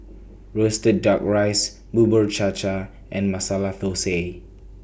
Roasted Duck Rice Bubur Cha Cha and Masala Thosai